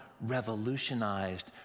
revolutionized